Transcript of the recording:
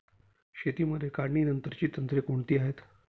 शेतीमध्ये काढणीनंतरची तंत्रे कोणती आहेत?